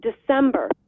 December